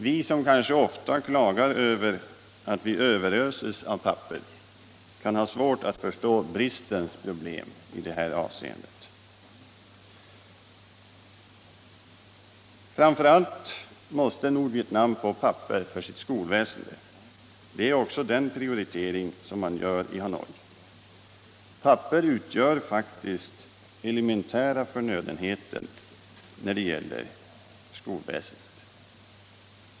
Vi som kanske ofta klagar över att vi överöses av papper kan ha svårt att förstå bristens problem i det här avseendet. Framför allt måste Nordvietnam få papper för sitt skolväsende. Det är också den prioritering som man gör i Hanoi. Papper är faktiskt en elementär förnödenhet när det gäller skolväsendet.